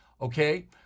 Okay